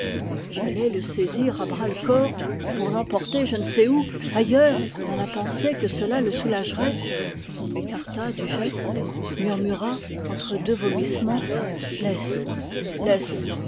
j'allais le saisir à bras le corps pour l'emporter je ne sais où ailleurs dans la pensée que cela le soulagerait il m'écarta du geste murmura entre deux vomissements laisse laisse